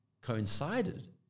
coincided